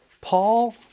Paul